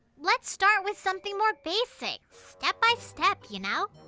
let's start with something more basic. step by step, you know?